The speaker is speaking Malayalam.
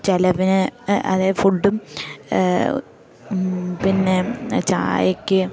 ചിലവിന് അതായ ഫുഡ്ഡും പിന്നെ ചായക്ക്